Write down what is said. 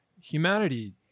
humanity